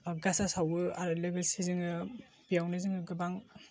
गासा सावो आरो लोगोसे जोङो बेयावनो जोङो गोबां